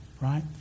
right